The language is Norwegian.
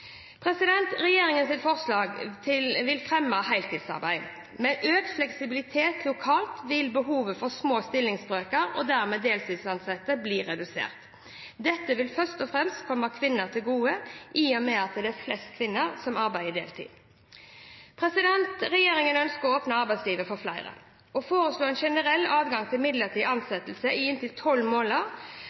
vil fremme heltidsarbeid. Med økt fleksibilitet lokalt vil behovet for små stillingsbrøker og dermed deltidsansettelser bli redusert. Dette vil først og fremst komme kvinner til gode, i og med at det er flest kvinner som arbeider deltid. Regjeringen ønsker å åpne arbeidslivet for flere, og foreslår en generell adgang til midlertidig ansettelse i inntil tolv måneder.